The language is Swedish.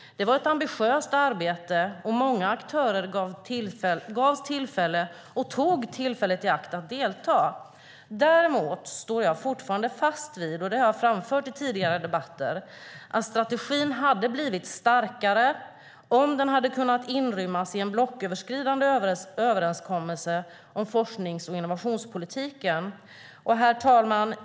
Det var ett ambitiöst arbete, och många aktörer gavs tillfälle och tog tillfället i akt att delta. Däremot står jag fortfarande fast vid, och det har jag framfört i tidigare debatter, att strategin hade blivit starkare om den hade kunnat inrymmas i en blocköverskridande överenskommelse om forsknings och innovationspolitiken. Herr talman!